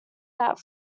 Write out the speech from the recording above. that